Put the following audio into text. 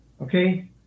okay